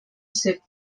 ser